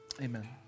amen